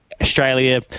Australia